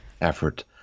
effort